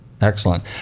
Excellent